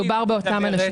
כי מדובר באותם אנשים.